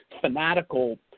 fanatical